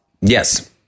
Yes